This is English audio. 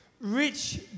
rich